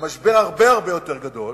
למשבר הרבה הרבה יותר גדול,